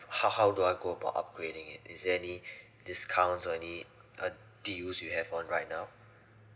how how do I go about upgrading it is there any discounts or any err deals you have on right now